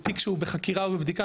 תיק שהוא בחקירה או בבדיקה,